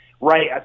right